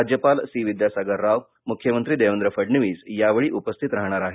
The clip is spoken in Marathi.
राज्यापाल सी विद्यासागर राव मूख्यमंत्री देवेंद्र फडणवीस यावेळी उपस्थित राहणार आहेत